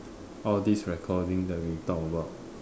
all these recording that we talk about